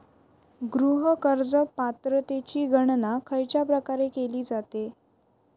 गृह कर्ज पात्रतेची गणना खयच्या प्रकारे केली जाते?